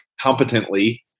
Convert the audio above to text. competently